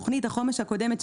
תכנית החומש הקודמת,